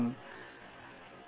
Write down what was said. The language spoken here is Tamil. சங்கரன் வலுவாக எழுந்திருங்கள்